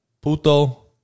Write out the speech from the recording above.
Puto